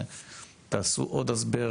תעשו עוד הסבר